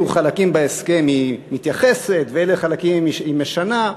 חלקים בהסכם היא מתייחסת ואילו חלקים היא משנה.